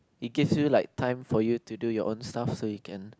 it give you like time for you to do your own stuff so you can